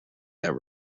that